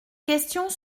questions